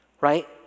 right